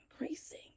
increasing